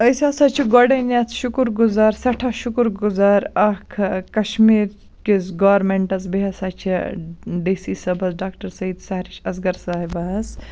أسۍ ہَسا چھِ گۄڈنیٚتھ شُکُر گُزار سیٚٹھاہ شُکُر گُزار اکھ کَشمیٖر کِس گورمِنٹَس بیٚیہِ ہَسا چھِ ڈی سی صٲبَس ڈاکٹَر سعید سہرِش اَصغَر صاحباہَس